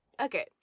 okay